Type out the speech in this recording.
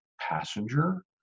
passenger